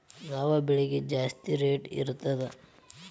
ಯಾವ ಬೆಳಿಗೆ ಜಾಸ್ತಿ ರೇಟ್ ಇರ್ತದ?